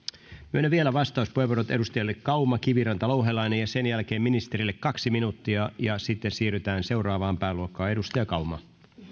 myönnän vielä vastauspuheenvuorot edustajille kauma kiviranta louhelainen ja sen jälkeen ministerille kaksi minuuttia ja sitten siirrytään seuraavaan pääluokkaan edustaja kauma